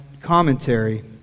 commentary